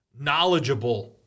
knowledgeable